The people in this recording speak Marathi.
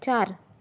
चार